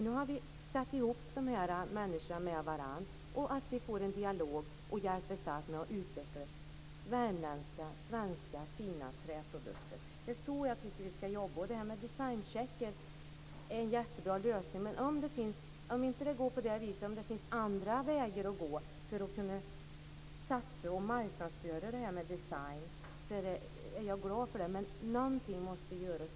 Nu har vi fört samman de här människorna för att få en dialog och för att hjälpas åt med att utveckla svenska fina träprodukter från Värmland. Det är så jag tycker att vi ska jobba. Designcheckarna är en jättebra lösning. Men om det inte går på det viset är jag ändå glad om det finns andra vägar att gå för att kunna satsa på och marknadsföra det här med design. Någonting måste i varje fall göras.